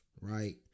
right